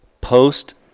Post